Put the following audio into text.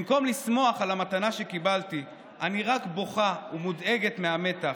במקום לשמוח על המתנה שקיבלתי אני רק בוכה ומודאגת מהמתח.